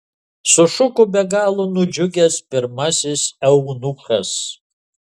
sušuko be galo nudžiugęs pirmasis eunuchas